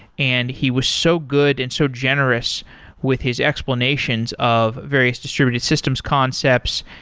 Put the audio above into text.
and he was so good and so generous with his explanations of various distributed systems concepts.